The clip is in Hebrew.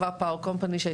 המקומית.